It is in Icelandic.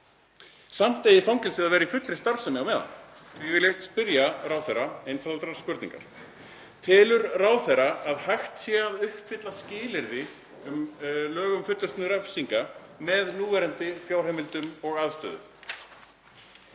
Samt eigi fangelsið að vera í fullri starfsemi á meðan. Því vil ég spyrja ráðherra einfaldrar spurningar: Telur ráðherra að hægt sé að uppfylla skilyrði laga um fullnustu refsinga með núverandi fjárheimildum og aðstöðu?